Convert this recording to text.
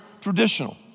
traditional